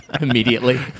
immediately